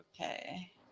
okay